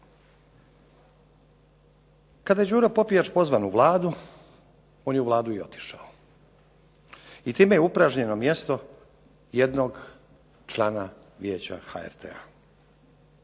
Kada je Đuro Popijač pozvan u Vladu, on je u Vladu i otišao i time je upražnjeno mjesto jednog člana Vijeća HRT-a.